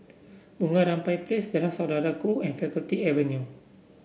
Bunga Rampai Place Jalan Saudara Ku and Faculty Avenue